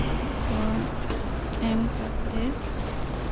ᱠᱚ ᱮᱢ ᱠᱟᱛᱮ